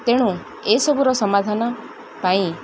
ତେଣୁ ଏସବୁର ସମାଧାନ ପାଇଁ